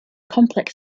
complex